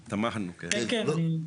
כן, כן.